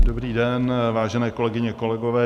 Dobrý den, vážené kolegyně, kolegové.